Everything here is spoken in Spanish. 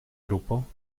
grupo